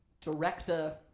director